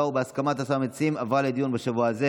ובהסכמת המציעים עברה לדיון בשבוע הזה.